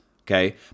Okay